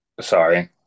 sorry